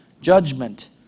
Judgment